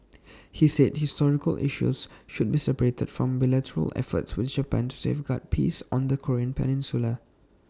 he said historical issues should be separated from bilateral efforts with Japan to safeguard peace on the Korean peninsula